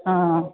हा